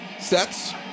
Sets